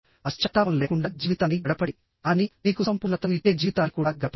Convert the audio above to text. పశ్చాత్తాపం లేకుండా జీవితాన్ని గడపండి కానీ మీకు సంపూర్ణతను ఇచ్చే జీవితాన్ని కూడా గడపండి